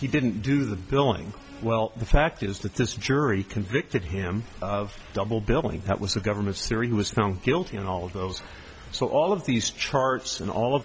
he didn't do the billing well the fact is that this jury convicted him of double billing that was the government's theory was found guilty on all of those so all of these charts and all of